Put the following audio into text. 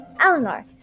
Eleanor